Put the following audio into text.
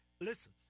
listen